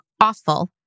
awful